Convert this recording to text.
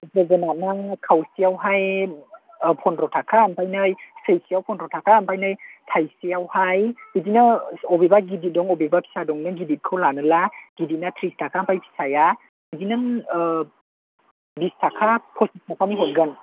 जोगोनारआ खावसेयावहाय पन्द्र' थाका ओमफ्राय नै सेरसेयाव पन्द्र' थाका ओमफ्राय नै थायसेयावहाय बिदिनो बबेबा गिदिर दं बबेबा फिसा दं नों गिदिरखौ लानोब्ला गिदिरना ट्रिस थाका ओमफ्राय फिसाया बिदिनो बिस थाका पसिस थाकानि हरगोन